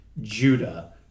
Judah